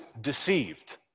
deceived